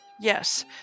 Yes